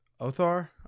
Othar